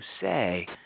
say